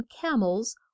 camels